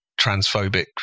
transphobic